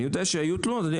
אני יודע שהיו תלונות.